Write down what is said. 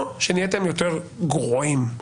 או שנהייתם יותר גרועים.